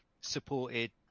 supported